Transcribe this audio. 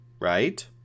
Right